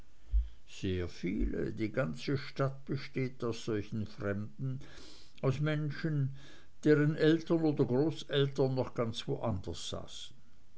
sehr viele die ganze stadt besteht aus solchen fremden aus menschen deren eltern oder großeltern noch ganz woanders saßen